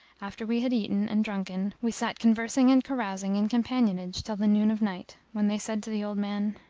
after we had eaten and drunken we sat conversing and carousing in companionage till the noon of night, when they said to the old man,